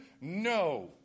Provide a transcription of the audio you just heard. no